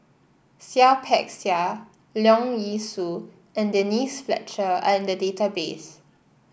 Seah Peck Seah Leong Yee Soo and Denise Fletcher are in the database